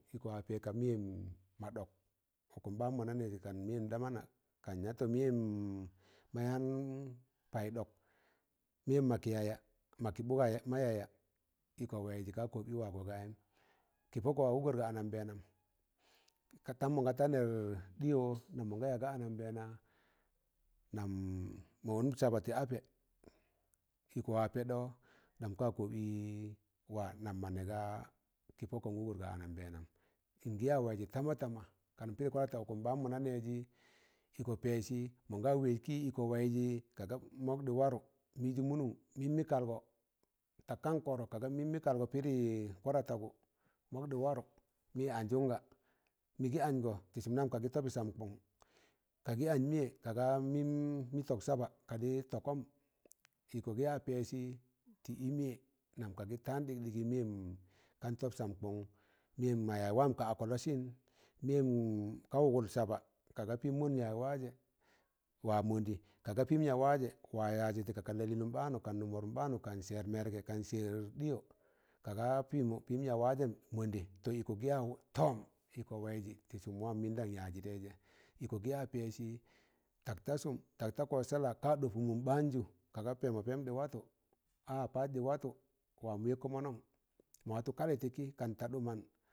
ịkọ wa pẹ ka mịyẹm ma ɗọk ụkụm ɓaan mọna nẹjị kan mịyẹm da mana kan ya tọ mịyẹm ma yaan paị ɗọk, meyem ma kị yaya maki bụga ma yaya, ịkọ waịzẹ ka kọọb ị wagọ gayịm kị pọkọ wa wụgar ga anambẹna, katam mọnga ta nẹr ɗịyọ nam mọ ga yaga anambẹẹna nam mọ ọn saba tị apẹ ịkọwa pẹɗọ nam ka kọọb ị wa nam mọ nẹ ga kị pọkọn wụgọr ga anambẹẹnam ịn gị ya waịzị tama tama, kan pịrị kwarata ụkụm ɓaan mọna nẹẹjị ịkọ pẹsị mọn ga wẹz kị ịkọ waịzị kaga mọdị warụ, mịjụ mụnụn mẹn mị kalgọ tak kan kọrọk kaga mịn mị kalgọ pịrị kwaratagụ mọk ɗị warụ mị gi anjunga mịgị anjgo tị sụm nam ka gị tọbị sam kọng ka gị anj mịyẹ kaga mịn mị tọb saba kadị tọkụm ịkọ gị ya pẹsi ̣tị ị mịyẹ nam ka gị tan ɗịk ɗịgị ị mịyẹm ga tọb sam kọng mịyẹm mọ yaz wam ka akọ lọsịn meyẹm kan ụgụl saba ka pịm mọnd yaz wa jẹ wa mọndị kaga pịm ya wajẹ wa yajị kannụm lalịịnnụn baanụ kan nụm wọrọpụm kan sẹẹr mẹrgẹ kan sẹẹr ɗịyọ kaga pịmọ pịn ya wajẹn mọndẹ tọ ịkọ gịya tọọm ịkọ waịzị tị sụm wam mịn dan yajị taịzẹ ịkọ gị ya pẹsị tak ta sụm tak ta kọ sẹla ka ɗọpọ mụm ɓaan jụ kaga pẹmọ pẹm ɗị watụ, aa pas ɗị watụ, wam wẹgkọ mọnọn mọ watu kalị tị kị kam ta ɗụman.